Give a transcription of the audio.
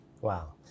Wow